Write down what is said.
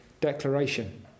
declaration